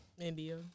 India